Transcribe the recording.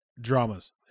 dramas